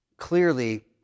Clearly